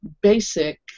basic